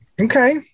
okay